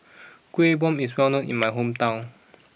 Kueh Bom is well known in my hometown